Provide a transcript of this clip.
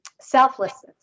Selflessness